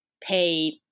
pay